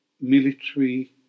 military